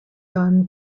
done